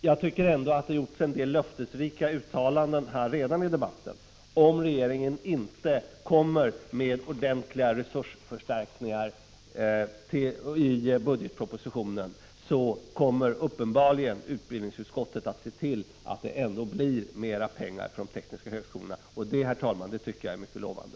Jag tycker ändå att det redan har gjorts en del löftesrika uttalanden i debatten. Om regeringen inte presenterar ordentliga resursförstärkningar i budgetpropositionen, kommer uppenbarligen utbildningsutskottet att se till att det ändå blir mera pengar till de tekniska högskolorna. Det, herr talman, tycker jag är mycket lovande.